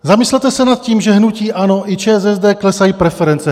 Zamyslete se nad tím, že hnutí ANO i ČSSD klesají preference.